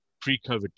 pre-COVID